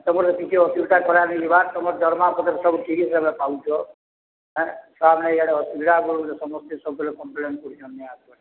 ତମର୍ ତ କିଛି ଅସୁବିଧା କରା ନେଇଯିବାର୍ ତମର୍ ଦର୍ମା ପତର୍ ସବୁ ଠିକ୍ ହିସାବ୍ରେ ପାଉଛ ଏଆଡ଼େ ଅସୁବିଧା କର ସମସ୍ତେ ସବୁବେଳେ କମ୍ପ୍ଲେନ୍ କରୁଛନ୍ ନି ଆସ୍ବାର୍ ନି ଆସ୍ବାର୍